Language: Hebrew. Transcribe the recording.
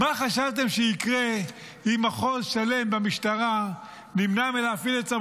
מה חשבתם שיקרה אם השר לביזיון לאומי מעודד